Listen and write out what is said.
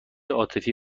عاطفی